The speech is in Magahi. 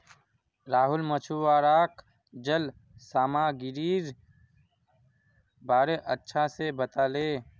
राहुल मछुवाराक जल सामागीरीर बारे अच्छा से बताले